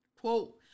quote